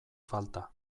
falta